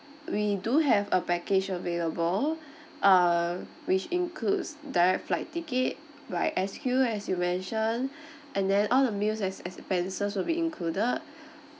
we do have a package available err which includes direct flight ticket by S_Q as you mention and then all the meals as as expenses will be included